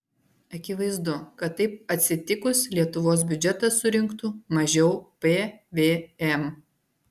akivaizdu kad taip atsitikus lietuvos biudžetas surinktų mažiau pvm